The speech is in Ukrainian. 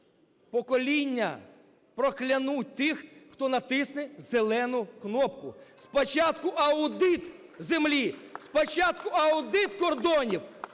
Покоління проклянуть тих, хто натисне "зелену" кнопку. Спочатку аудит землі, спочатку аудит кордонів,